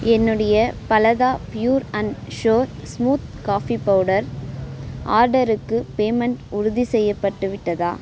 என்னுடைய பலதா pure and sure smooth coffee powder ஆர்டருக்கு பேமெண்ட் உறுதி செய்யப்பட்டு விட்டதா